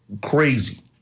crazy